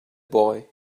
boy